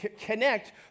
connect